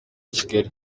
kigali